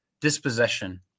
dispossession